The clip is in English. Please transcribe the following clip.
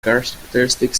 characteristic